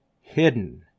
hidden